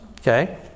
Okay